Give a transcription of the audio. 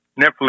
Netflix